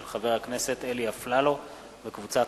מאת חברי הכנסת פניה קירשנבאום ורוברט אילטוב וקבוצת